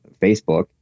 Facebook